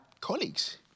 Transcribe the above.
colleagues